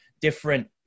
different